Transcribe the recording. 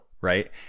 Right